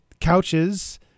couches